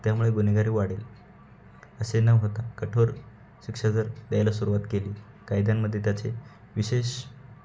त्यामुळे गुन्हेगारी वाढेल असे न होता कठोर शिक्षा जर द्यायला सुरवात केली कायद्यांमध्ये त्याचे विशेष